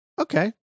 okay